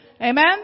Amen